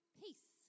peace